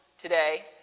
today